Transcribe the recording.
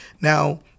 Now